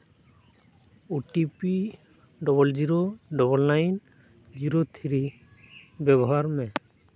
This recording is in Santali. ᱳ T P double zero double nine zero three ᱵᱮᱵᱚᱦᱟᱨ ᱢᱮ